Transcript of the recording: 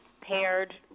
paired